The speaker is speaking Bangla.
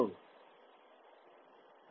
ছাত্র ছাত্রীঃ হ্যাঁ